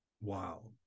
Wow